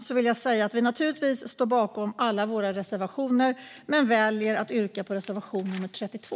Avslutningsvis står vi naturligtvis bakom alla våra reservationer, men jag väljer att yrka bifall endast till reservation 32.